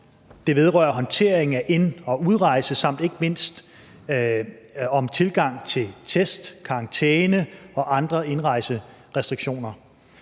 Det vedrører håndtering af ind- og udrejse samt ikke mindst tilgang til test, karantæne og andre indrejserestriktioner.